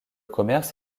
commerce